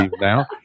now